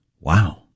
Wow